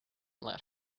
let